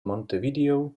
montevideo